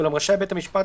ואולם רשאי בית המשפט,